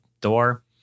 door